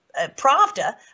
Pravda